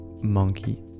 Monkey